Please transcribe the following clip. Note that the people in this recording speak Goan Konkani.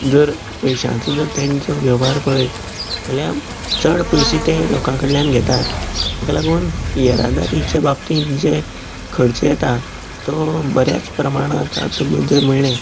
जर पयशांचो जर तेंचो वेव्हार पळयत जाल्यार चड पयशें तें लोकां कडल्यान घेतात तेका लागून येरादारीच्या बाबतींत जे खर्च येता तो बऱ्याच प्रमाणांत आतां म्हण जर म्हळें